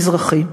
המזרחי.